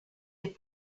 des